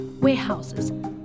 warehouses